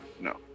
No